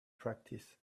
practice